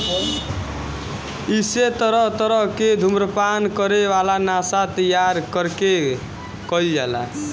एसे तरह तरह के धुम्रपान करे वाला नशा तइयार कईल जाला